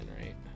right